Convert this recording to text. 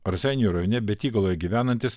raseinių rajone betygaloje gyvenantis